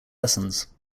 lessons